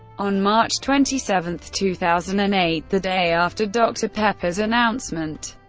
on march twenty seven, two thousand and eight, the day after dr pepper's announcement,